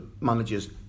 managers